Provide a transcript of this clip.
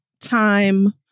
time